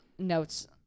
Notes